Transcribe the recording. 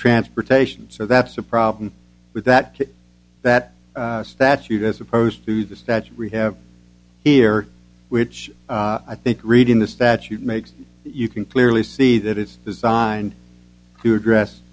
transportation so that's a problem with that that statute as opposed to the statute rehab here which i think reading the statute makes you can clearly see that it's designed to address